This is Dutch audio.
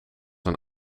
een